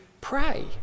pray